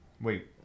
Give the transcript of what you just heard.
Wait